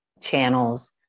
channels